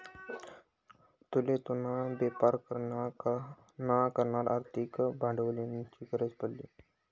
तुले तुना बेपार करा ना करता आर्थिक भांडवलनी गरज पडी